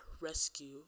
rescue